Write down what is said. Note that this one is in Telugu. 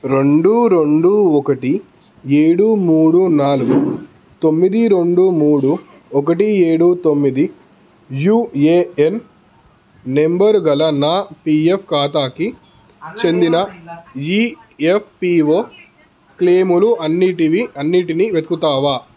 రెండు రెండు ఒకటి ఏడు మూడు నాలుగు తొమ్మిది రెండు మూడు ఒకటి ఏడు తొమ్మిది యుఏఎన్ నంబరుగల నా పీఎఫ్ ఖాతాకి చెందిన ఈఎఫ్పిఓ క్లెయిమ్లు అన్నిటివి అన్నిటినీ వెతుకుతావా